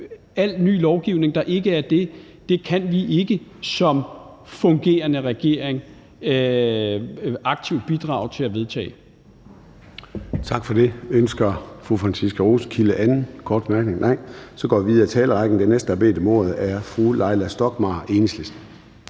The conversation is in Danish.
al ny lovgivning, der ikke er det, kan vi ikke som fungerende regering aktivt bidrage til at vedtage. Kl. 13:22 Formanden (Søren Gade): Tak for det. Ønsker fru Franciska Rosenkilde anden korte bemærkning? Nej. Så går vi videre i talerrækken. Den næste, der har bedt om ordet, er fru Leila Stockmarr, Enhedslisten.